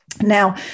Now